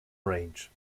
range